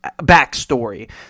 backstory